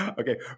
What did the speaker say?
okay